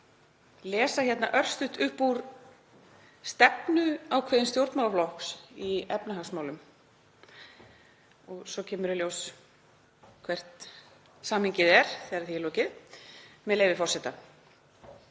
lesa hér örstutt upp úr stefnu ákveðins stjórnmálaflokks í efnahagsmálum. Svo kemur í ljós hvert samhengið er þegar því er lokið, með leyfi forseta: